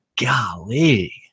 golly